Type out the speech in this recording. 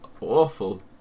awful